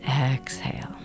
exhale